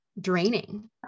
draining